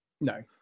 No